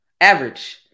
average